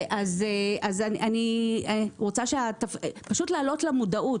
אני רוצה פשוט להעלות למודעות,